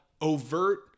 overt